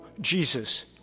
Jesus